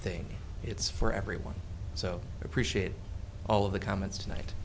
thing it's for everyone so appreciate all of the comments tonight